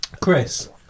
Chris